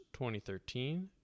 2013